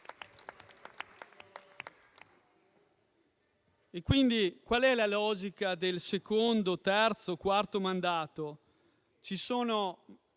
Quindi, qual è la logica del secondo, terzo e quarto mandato? Ci sono